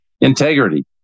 Integrity